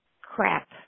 crap